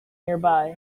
nearby